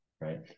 right